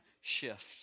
shift